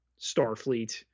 Starfleet